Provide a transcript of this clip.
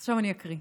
עכשיו אני אקרא.